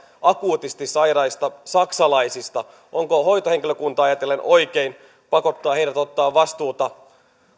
akuutisti sairaista saksalaisista onko hoitohenkilökuntaa ajatellen oikein pakottaa heidät ottamaan vastuuta